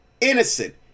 innocent